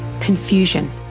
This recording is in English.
confusion